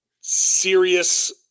serious